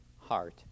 heart